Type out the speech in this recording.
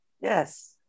Yes